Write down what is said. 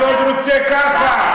הדוד רוצה ככה.